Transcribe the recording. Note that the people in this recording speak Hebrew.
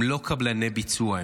הם לא קבלני ביצוע,